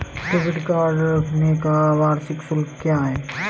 Debit card रखने का वार्षिक शुल्क क्या है?